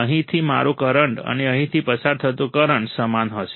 અહીંથી મારો કરંટ અને અહીંથી પસાર થતો કરંટ સમાન હશે